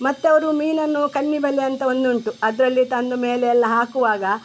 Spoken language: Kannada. ಮತ್ತವರು ಮೀನನ್ನು ಕಣ್ಣಿಬಲೆ ಅಂತ ಒಂದುಂಟು ಅದರಲ್ಲಿ ತಂದು ಮೇಲೆ ಎಲ್ಲ ಹಾಕುವಾಗ